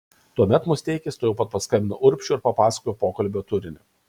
tuomet musteikis tuojau pat paskambino urbšiui ir papasakojo pokalbio turinį